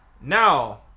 now